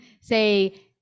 say